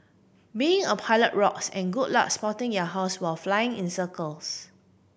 being a pilot rocks and good luck spotting your house while flying in circles